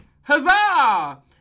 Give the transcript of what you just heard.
Huzzah